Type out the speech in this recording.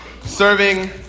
serving